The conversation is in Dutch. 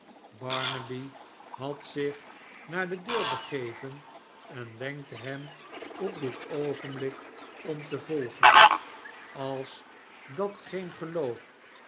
ibarnaby had zich naar de deur begeven en wenkte hem op dit oogenblik om te volgen als dat geen geloof